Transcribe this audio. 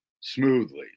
smoothly